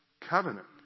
covenant